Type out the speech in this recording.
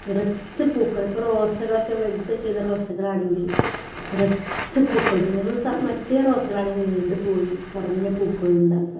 നിറച്ച് പൂക്കൾ ഇപ്പോൾ റോസുകളൊക്കെ വെഡ് ചെയ്ത റോസുകൾ ആണെങ്കിൽ നിറച്ച് പൂക്കളുണ്ട് ഞമ്മൾ സ മറ്റേ റോസുകൾ ആണെങ്കിൽ നീണ്ടുപോയി കുറഞ്ഞ പൂക്കളുണ്ടാകുക